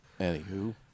Anywho